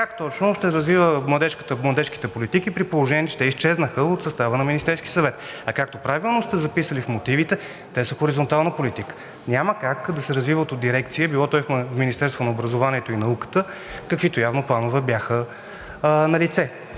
как точно ще развива младежките политики, при положение че те изчезнаха от състава на Министерския съвет? А, както правилно сте записали в Мотивите, те са хоризонтална политика. Няма как да се развиват от дирекция – било то и в Министерството на образованието и науката, каквито явно планове бяха налице.